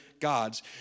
gods